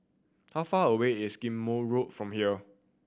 how far away is Ghim Moh Road from here